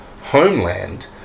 homeland